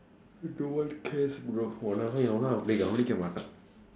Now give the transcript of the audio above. no one cares bro உன்ன எல்லாம் எவனும் அவ்வளவு கவனிக்க மாட்டான்:unna ellaam evanum avvalavu kavanikka maatdaan